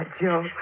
Joe